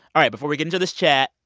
all right, before we get into this chat,